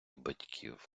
батьків